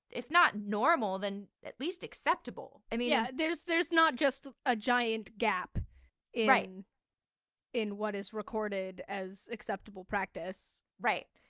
if not normal, then at least acceptable. i mean, yeah there's, there's not just a giant gap in and in what is recorded as acceptable practice right.